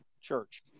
church